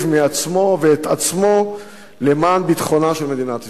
מעצמו ואת עצמו למען ביטחונה של מדינת ישראל.